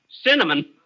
Cinnamon